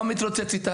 לא מתרוצץ איתה.